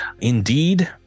indeed